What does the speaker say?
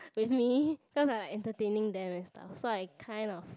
with me cause I'm entertaining them and stuffs so I kind of